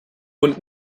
und